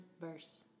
verse